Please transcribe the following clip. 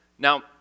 Now